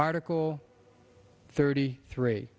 article thirty three